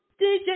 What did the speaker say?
DJ